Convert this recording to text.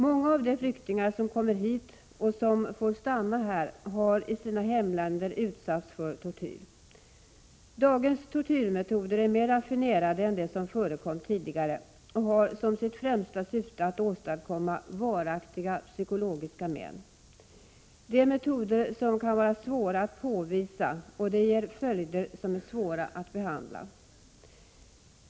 Många av de flyktingar som kommer hit och som får stanna här har i sina hemländer utsatts för tortyr. Dagens tortyrmetoder är mer raffinerade än de som förekom tidigare och har som sitt främsta syfte att åstadkomma varaktiga psykologiska men. Det är metoder som är svåra att påvisa och de ger följder som är svåra att behandla.